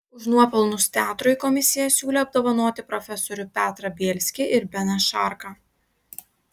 už nuopelnus teatrui komisija siūlė apdovanoti profesorių petrą bielskį ir beną šarką